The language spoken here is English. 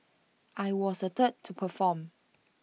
I was the third to perform